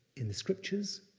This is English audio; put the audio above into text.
in the scriptures,